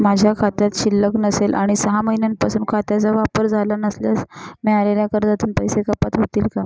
माझ्या खात्यात शिल्लक नसेल आणि सहा महिन्यांपासून खात्याचा वापर झाला नसल्यास मिळालेल्या कर्जातून पैसे कपात होतील का?